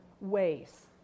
ways